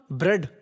bread